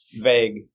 vague